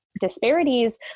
disparities